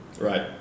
right